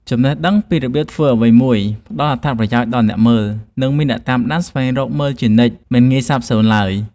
ចំណេះដឹងពីរបៀបធ្វើអ្វីមួយផ្ដល់អត្ថប្រយោជន៍ដល់អ្នកមើល និង មានអ្នកតាមដានស្វែងរកមើលជានិច្ចមិនងាយសាបសូន្យឡើយ។